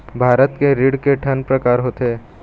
भारत के ऋण के ठन प्रकार होथे?